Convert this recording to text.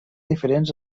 diferents